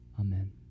Amen